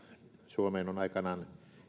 suomeen on aikanaan